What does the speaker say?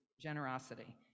generosity